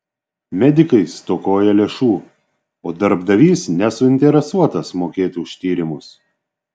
medikai stokoja lėšų o darbdavys nesuinteresuotas mokėti už tyrimus